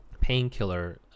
painkiller